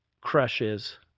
crushes